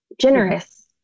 generous